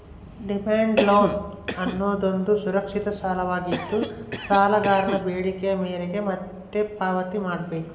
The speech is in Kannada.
ಡಿಮ್ಯಾಂಡ್ ಲೋನ್ ಅನ್ನೋದುದು ಸುರಕ್ಷಿತ ಸಾಲವಾಗಿದ್ದು, ಸಾಲಗಾರನ ಬೇಡಿಕೆಯ ಮೇರೆಗೆ ಮತ್ತೆ ಪಾವತಿ ಮಾಡ್ಬೇಕು